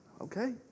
okay